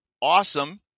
Awesome